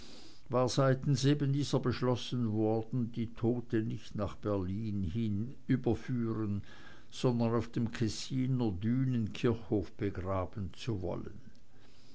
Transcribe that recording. war seitens ebendieser beschlossen worden die tote nicht nach berlin hin überzuführen sondern auf dem kessiner dünenkirchhof begraben zu wollen